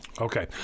Okay